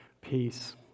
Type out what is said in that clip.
peace